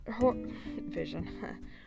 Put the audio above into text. vision